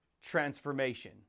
transformation